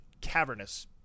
cavernous